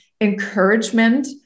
encouragement